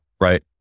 right